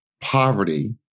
poverty